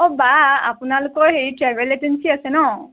অ' বা আপোনালোকৰ হেৰি ট্ৰেভেল এজেঞ্চি আছে ন